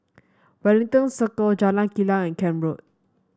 Wellington Circle Jalan Kilang and Camp Road